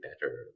better